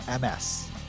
MS